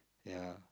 ya